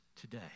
today